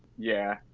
yeah,